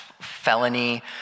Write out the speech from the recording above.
felony